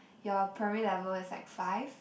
your primary level is like five